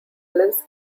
lives